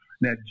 Now